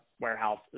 warehouse